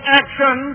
action